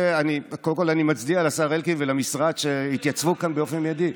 קודם כול אני מצדיע לשר אלקין ולמשרד שהתייצבו כאן באופן מיידי.